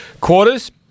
Quarters